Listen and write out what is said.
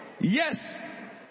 Yes